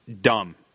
dumb